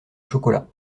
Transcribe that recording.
chocolat